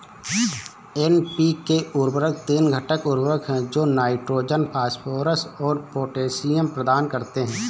NPK उर्वरक तीन घटक उर्वरक हैं जो नाइट्रोजन, फास्फोरस और पोटेशियम प्रदान करते हैं